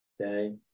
okay